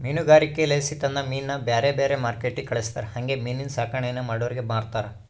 ಮೀನುಗಾರಿಕೆಲಾಸಿ ತಂದ ಮೀನ್ನ ಬ್ಯಾರೆ ಬ್ಯಾರೆ ಮಾರ್ಕೆಟ್ಟಿಗೆ ಕಳಿಸ್ತಾರ ಹಂಗೆ ಮೀನಿನ್ ಸಾಕಾಣಿಕೇನ ಮಾಡೋರಿಗೆ ಮಾರ್ತಾರ